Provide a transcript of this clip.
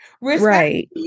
right